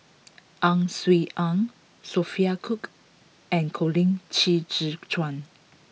Ang Swee Aun Sophia Cooke and Colin Qi Zhe Quan